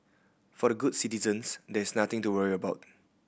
for the good citizens there is nothing to worry about